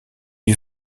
lui